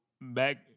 back